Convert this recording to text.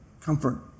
comfort